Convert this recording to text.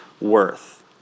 worth